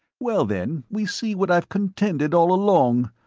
well, then we see what i've contended all along.